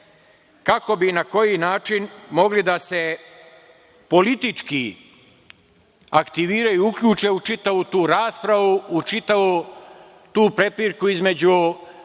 kako bi i na koji način mogli da se politički aktiviraju, uključe u čitavu tu raspravu, u čitavu tu prepirku između